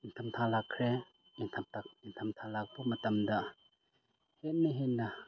ꯏꯪꯊꯝꯊꯥ ꯂꯥꯛꯈ꯭ꯔꯦ ꯏꯪꯊꯝꯊꯥ ꯂꯥꯛꯄ ꯃꯇꯝꯗ ꯍꯦꯟꯅ ꯍꯦꯟꯅ